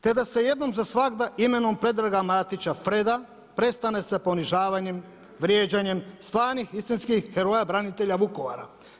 Te da se jednom za svagda imenom Predraga Matića-Freda, prestane sa ponižavanjem, vrijeđanjem, stvarnih istitnskih heroja branitelja Vukovara.